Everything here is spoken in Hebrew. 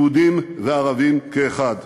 יהודים וערבים כאחד.